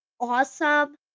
awesome